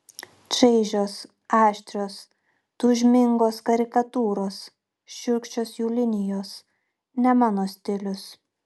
čaižios aštrios tūžmingos karikatūros šiurkščios jų linijos ne mano stilius